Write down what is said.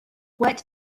what